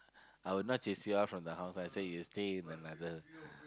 I will not chase you out from the house I will say you stay in another room